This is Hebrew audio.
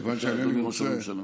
בבקשה, אדוני ראש הממשלה.